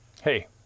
Hey